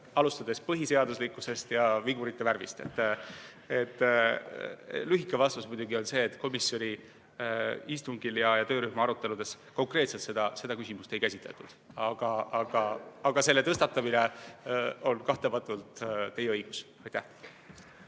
alustades põhiseaduslikkusest ja [lõpetades] vigurite värviga. Lühike vastus on muidugi see, et komisjoni istungil ja töörühma aruteludes konkreetselt seda küsimust ei käsitletud. Aga selle tõstatamine on kahtlemata teie õigus.